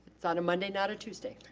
it's on a monday, not a tuesday.